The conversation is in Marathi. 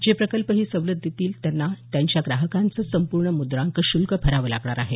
जे प्रकल्प ही सवलत घेतील त्यांना त्यांच्या ग्राहकांचं संपूर्ण मुद्रांक शुल्क भरावं लागणार आहे